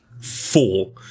four